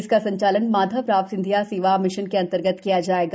इसका संचालन माधवराव सिंधिया सेवा मिशन के अन्तर्गत किया जायेगा